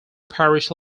parish